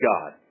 God